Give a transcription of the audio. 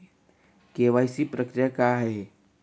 KYC प्रक्रिया काय आहे?